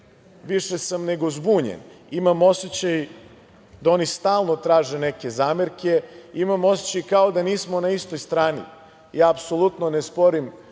više sam nego zbunjen. Imam osećaj da oni stalno traže neke zamerke, imam osećaj kao da nismo na istoj strani. Ja apsolutno ne sporim